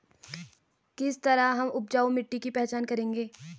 किस तरह हम उपजाऊ मिट्टी की पहचान करेंगे?